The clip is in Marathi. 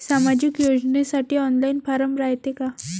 सामाजिक योजनेसाठी ऑनलाईन फारम रायते का?